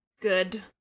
good